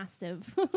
massive